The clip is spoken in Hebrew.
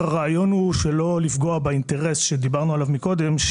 הרעיון הוא לא לפגוע באינטרס שדיברנו עליו קודם,